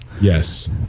Yes